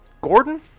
Gordon